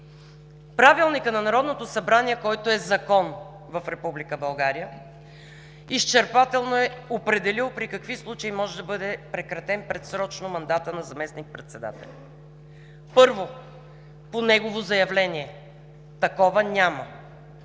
Правилникът на Народното събрание, който е закон в Република България, изчерпателно е определил в какви случаи може да бъде прекратен предсрочно мандатът на заместник-председателя. Първо, по негово заявление – такова няма.